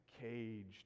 caged